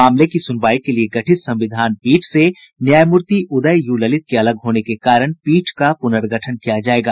मामले की सूनवाई के लिए गठित संविधान पीठ से न्यायमूर्ति उदय यू ललित के अलग होने के कारण पीठ का पुनर्गठन किया जाएगा